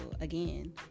again